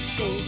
go